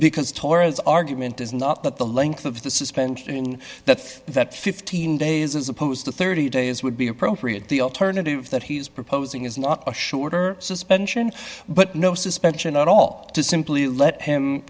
because torres argument is not that the length of the suspension that that fifteen days as opposed to thirty days would be appropriate the alternative that he's proposing is not a shorter suspension but no suspension at all to simply let him